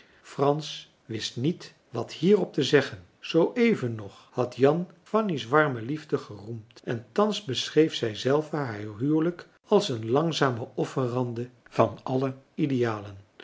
frans wist niet wat hierop te zeggen zooeven nog had jan fanny's warme liefde geroemd en thans beschreef zij zelve haar huwelijk als een langzame offerande van alle idealen